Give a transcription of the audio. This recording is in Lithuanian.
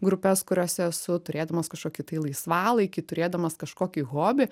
grupes kuriose esu turėdamas kažkokį tai laisvalaikį turėdamas kažkokį hobį